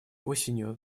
осенью